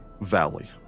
valley